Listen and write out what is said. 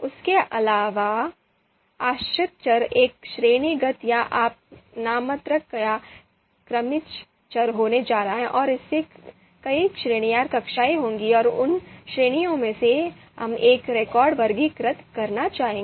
इसके अलावा आश्रित चर एक श्रेणीगत या आप नाममात्र या क्रमिक चर होने जा रहा है और इसमें कई श्रेणियां या कक्षाएं होंगी और हम उन श्रेणियों में से एक में रिकॉर्ड वर्गीकृत करना चाहेंगे